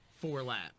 four-lap